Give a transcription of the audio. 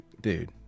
dude